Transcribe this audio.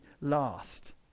last